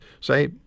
say